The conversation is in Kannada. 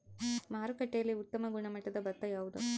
ಮಾರುಕಟ್ಟೆಯಲ್ಲಿ ಉತ್ತಮ ಗುಣಮಟ್ಟದ ಭತ್ತ ಯಾವುದು?